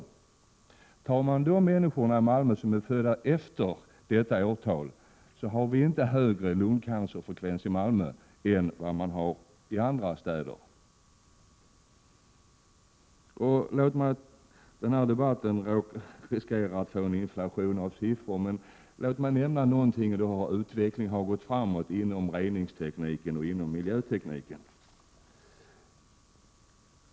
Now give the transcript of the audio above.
25 mars 1988 Räknar man med de människor som är födda senare än 1915, kan man konstatera att lungcancerfrekvensen inte är högre i Malmö än i andra städer. Den här debatten riskerar att råka ut för en inflation av siffror, men låt mig nämna något om hur utvecklingen har gått framåt inom reningsoch miljötekniken.